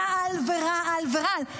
רעל, רעל ורעל.